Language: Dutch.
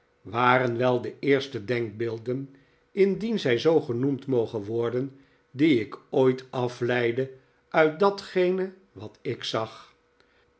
waren wel de eerste denkbeelden indien zij zoo genoemd mogen worden die ik ooit afleidde uit datgene wat ik zag